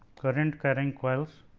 current carrying coils